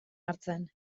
hartzen